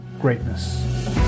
greatness